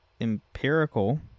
empirical